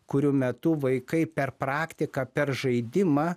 kurių metu vaikai per praktiką per žaidimą